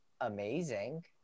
amazing